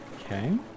okay